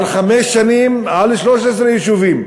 על חמש שנים, על 13 יישובים.